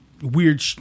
weird